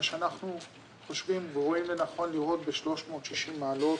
מה שאנחנו חושבים ורואים לנכון לראות ב-360 מעלות.